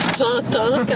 j'entends